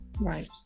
Right